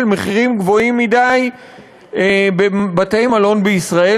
של מחירים גבוהים מדי בבתי-מלון בישראל,